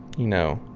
you know,